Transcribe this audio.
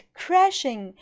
crashing